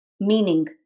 meaning